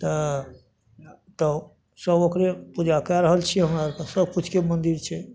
तऽ तब सब ओकरो पूजा कए रहल छियै हमरा आरके सबकिछुके मन्दिर छै